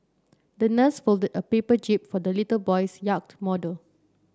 the nurse folded a paper jib for the little boy's yacht model